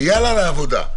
ויאללה, לעבודה.